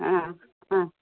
ആ ആ